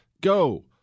Go